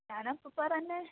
ഞാൻ ആ സൂപ്പറെന്നെ